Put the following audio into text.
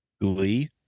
Glee